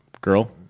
Girl